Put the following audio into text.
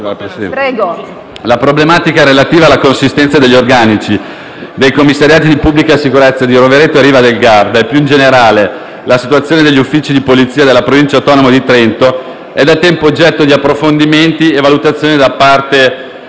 La problematica relativa alla consistenza degli organici dei commissariati di pubblica sicurezza di Rovereto e Riva del Garda e, più in generale, la situazione degli uffici di polizia della Provincia autonoma di Trento, è da tempo oggetto di approfondimenti e valutazioni da parte